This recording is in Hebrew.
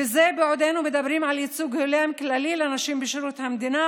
וזה בעודנו מדברים על ייצוג הולם כללי לנשים בשירות המדינה,